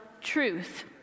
truth